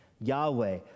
Yahweh